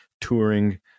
touring